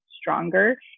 stronger